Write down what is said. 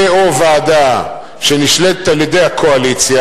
ו/או ועדה שנשלטת על-ידי הקואליציה,